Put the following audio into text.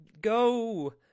go